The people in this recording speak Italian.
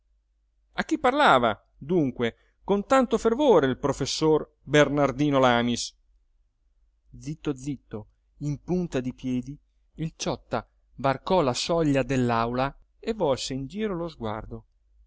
a chi parlava dunque con tanto fervore il professor bernardino lamis zitto zitto in punta di piedi il ciotta varcò la soglia dell'aula e volse in giro lo sguardo